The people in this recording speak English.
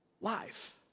life